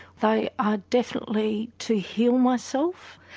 they are definitely to heal myself.